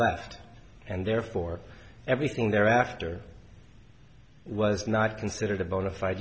left and therefore everything thereafter was not considered a bona fide